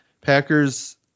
Packers